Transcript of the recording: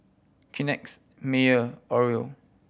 Kleenex Mayer Oreo